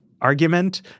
argument